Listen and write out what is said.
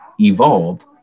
evolved